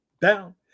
down